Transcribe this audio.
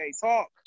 Talk